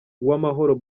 uwamahoro